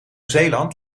zeeland